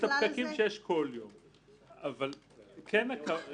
הפקקים שיש כל יום --- אני יכולה להוריד את ה"ככלל" הזה?